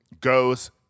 goes